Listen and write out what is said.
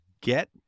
Get